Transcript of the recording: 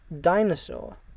Dinosaur